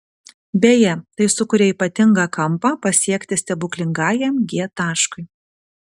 beje tai sukuria ypatingą kampą pasiekti stebuklingajam g taškui